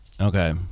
Okay